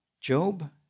Job